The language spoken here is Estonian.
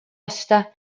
osta